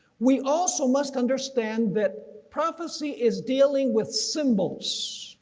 we also must understand that prophecy is dealing with symbols,